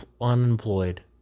unemployed